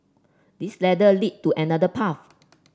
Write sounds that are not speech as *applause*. this ladder lead to another path *noise*